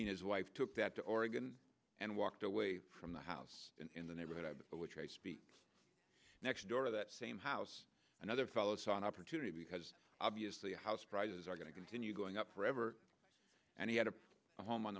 loan his wife took that to oregon and walked away from the house in the neighborhood which i speak next door to that same house another fellow saw an opportunity because obviously house prices are going to continue going up forever and he had a home on